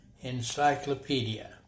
Encyclopedia